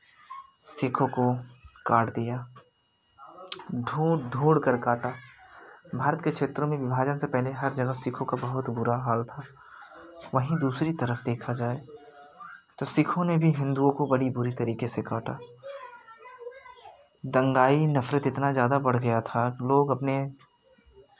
सिखों को काट दिया ढूँढ ढूँढ कर काटा भारत के क्षेत्रों में विभाजन से पहले हर जगह सिखों का बहुत बुरा हाल था वहीं दूसरी तरफ़ देखा जाए तो सिखों ने भी हिंदुओं को बड़ी बुरी तरीके से काटा दंगाई नफ़रत इतना ज़्यादा बढ़ गया था लोग अपने